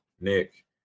Nick